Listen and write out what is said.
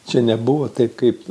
čia nebuvo taip kaip